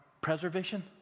preservation